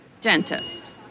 dentist